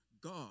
God